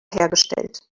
hergestellt